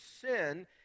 sin